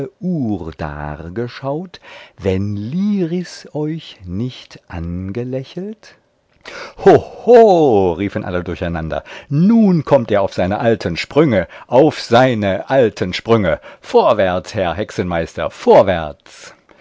geschaut wenn liris euch nicht angelächelt hoho riefen alle durcheinander nun kommt er auf seine alten sprünge auf seine alten sprünge vorwärts herr hexenmeister vorwärts